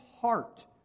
heart